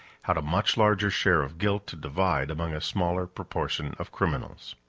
had a much larger share of guilt to divide among a smaller proportion of criminals.